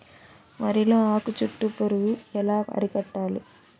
వరిలో ఆకు చుట్టూ పురుగు ఎలా అరికట్టాలి?